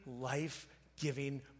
life-giving